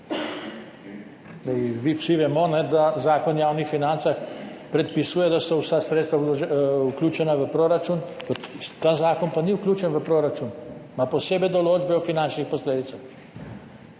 Vsi vemo, da Zakon o javnih financah predpisuje, da so vsa sredstva vključena v proračun, ta zakon pa ni vključen v proračun, ima posebej določbe o finančnih posledicah.